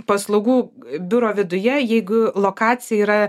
paslaugų biuro viduje jeigu lokacija yra